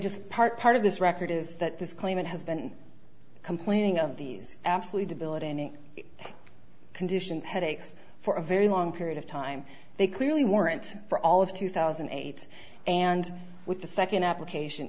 just part part of this record is that this claimant has been complaining of these absolutely debilitating conditions headaches for a very long period of time they clearly weren't for all of two thousand and eight and with the second application